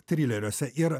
trileriuose ir